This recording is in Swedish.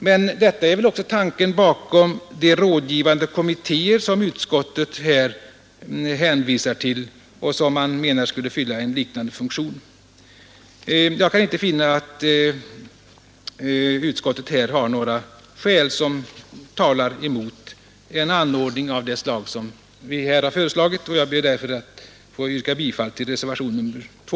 Men detta är väl också tanken bakom de rådgivande kommittéer som utskottet här hänvisar till och som man menar skulle fylla en liknande funktion. Jag kan inte finna att utskottet här har anfört några skäl som talar emot en anordning av det slag som vi här har föreslagit. Jag ber därför att få yrka bifall till reservationen 2.